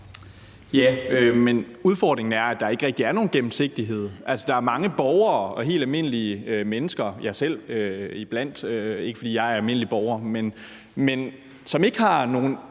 Ja, men udfordringen er, at der ikke rigtig er nogen gennemsigtighed. Altså, der er mange borgere, helt almindelige mennesker, herunder mig selv – ikke fordi jeg er en almindelig borger – som ikke har nogen